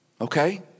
okay